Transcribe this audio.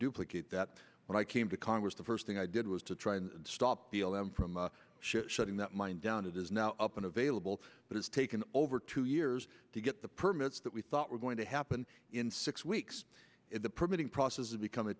duplicate that when i came to congress the first thing i did was to try and stop the l m from a ship shutting that mine down it is now up and available but it's taken over two years to get the permits that we thought were going to happen in six weeks the permitting process would become a